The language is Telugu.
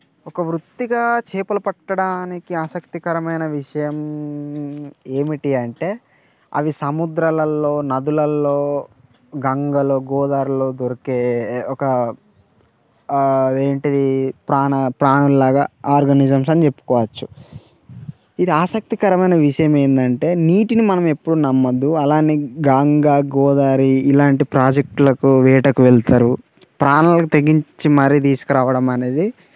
ఒక వృత్తిగా చేపలు పట్టడానికి ఆసక్తికరమైన విషయం ఏమిటి అంటే అవి సముద్రాలల్లో నదులల్లో గంగలో గోదారిలో దొరికే ఒక అదేంటిది ప్రాణ ప్రాణుల్లాగా ఆర్గానిజమ్స్ అని చెప్పుకోవచ్చు ఇది ఆసక్తికరమైన విషయం ఏంటంటే నీటిని మనం ఎప్పుడు నమ్మొద్దు అలానే గంగా గోదారి ఇలాంటి ప్రాజెక్టులకు వేటకు వెళ్తారు ప్రాణాలకు తెగించి మరీ తీసుకురావడం అనేది